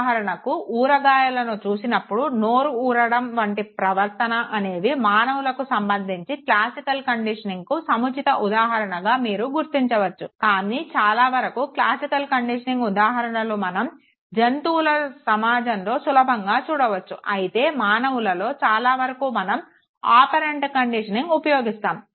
ఉదాహరణకు ఊరగాయలను చూసినప్పుడు నోరు ఊరడం వంటి ప్రవర్తన అనేవి మానవులకు సంబంధించి క్లాసికల్ కండిషనింగ్కు సముచిత ఉదాహరణగా మీరు గుర్తించవచ్చు కానీ చాలా వరకు క్లాసికల్ కండిషనింగ్కు ఉదాహరణలు మనం జంతువుల సమాజంలో సులభంగా చూడవచ్చు అయితే మానవులలో చాలా వరకు మనం ఆపరెంట్ కండిషనింగ్ ఉపయోగిస్తాము